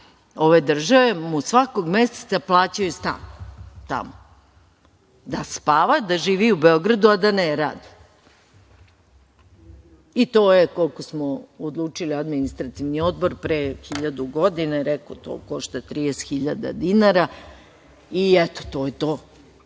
ove države mu svakog meseca plaćaju stan tamo, da spava da živi u Beogradu, a da ne radi i to je koliko smo odlučili, Administrativni odbor pre hiljadu godine rekao da to košta 30.000 dinara i eto to je